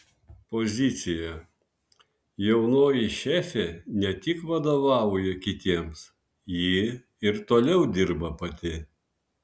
pozicija jaunoji šefė ne tik vadovauja kitiems ji ir toliau dirba pati